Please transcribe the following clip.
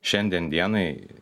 šiandien dienai